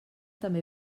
també